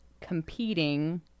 competing